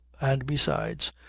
and, besides,